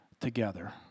together